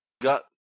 got